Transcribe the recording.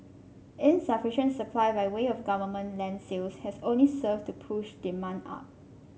insufficient supply by way of government land sales has only served to push demand up